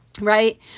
Right